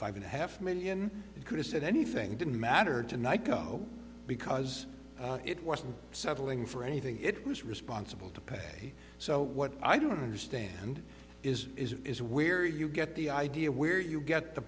five and a half million it could have said anything didn't matter tonight though because it wasn't settling for anything it was responsible to pay so what i don't understand is is is where you get the idea where you get the